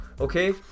okay